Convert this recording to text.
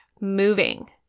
moving